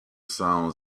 sounds